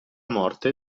morte